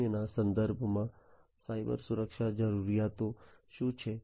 0 ના સંદર્ભમાં સાયબરસુરક્ષા જરૂરિયાતો શું છે